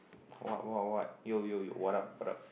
what what what yo yo yo what up what up